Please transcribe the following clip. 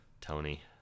tony